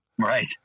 Right